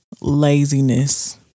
laziness